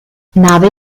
nave